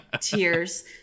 Tears